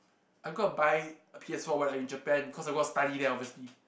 I'm gonna buy a P_S-four when I in Japan cause I'm going to study there obviously